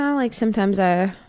um like sometimes i.